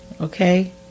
Okay